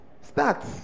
start